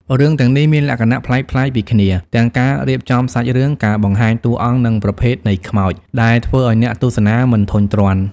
រឿងទាំងនេះមានលក្ខណៈប្លែកៗពីគ្នា ទាំងការរៀបចំសាច់រឿង ការបង្ហាញតួអង្គ និងប្រភេទនៃខ្មោច ដែលធ្វើឲ្យអ្នកទស្សនាមិនធុញទ្រាន់។